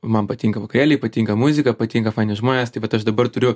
man patinka vakarėliai patinka muzika patinka faini žmonės tai vat aš dabar turiu